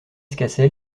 cassel